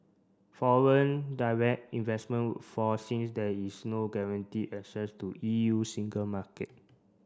foreign direct investment would fall since there is no guaranteed access to E U single market